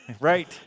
Right